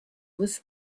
was